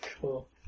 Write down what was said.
Cool